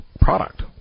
product